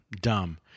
dumb